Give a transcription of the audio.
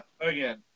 again